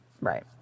right